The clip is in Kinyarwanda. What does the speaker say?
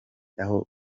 aho